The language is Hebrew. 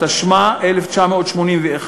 התשמ"א 1981,